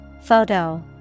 Photo